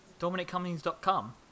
DominicCummings.com